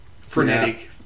frenetic